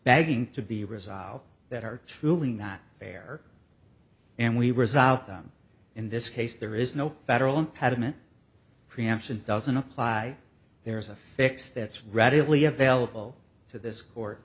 begging to be resolved that are truly not fair and we resolve them in this case there is no federal impediment preemption doesn't apply there is a fix that's readily available to this court